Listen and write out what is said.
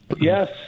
Yes